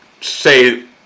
say